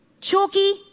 chalky